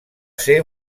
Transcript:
ser